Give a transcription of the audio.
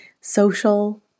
social